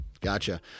Gotcha